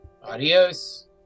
Adios